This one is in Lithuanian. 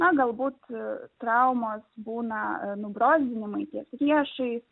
na galbūt traumos būna nubrozdinimai ties riešais